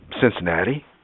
Cincinnati